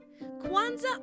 Kwanzaa